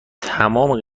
تمام